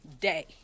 day